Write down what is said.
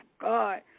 God